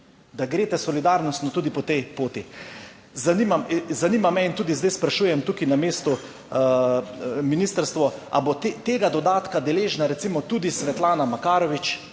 da greste solidarnostno tudi po tej poti. Zanima me, in tudi zdaj sprašujem tukaj na mestu ministrstvo, ali bo tega dodatka deležna recimo tudi **41. TRAK: